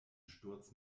sturz